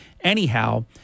Anyhow